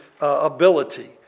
ability